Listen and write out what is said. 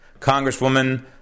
congresswoman